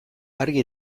argi